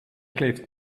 kleeft